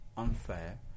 Unfair